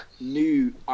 new